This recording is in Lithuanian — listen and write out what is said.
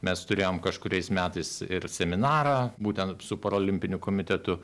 mes turėjom kažkuriais metais ir seminarą būtent su parolimpiniu komitetu